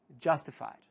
justified